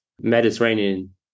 Mediterranean